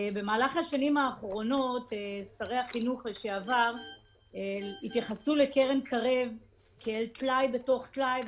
במהלך השנים האחרונות התייחסו שרי החינוך לקרן קרב כאל טלאי על טלאי.